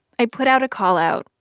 i put out a call out,